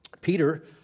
Peter